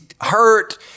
hurt